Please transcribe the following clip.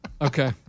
Okay